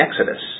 Exodus